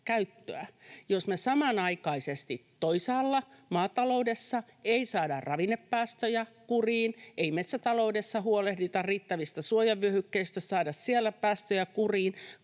jos me samanaikaisesti toisaalla, maataloudessa, ei saada ravinnepäästöjä kuriin, ei metsätaloudessa huolehdita riittävistä suojavyöhykkeistä, saada siellä päästöjä kuriin,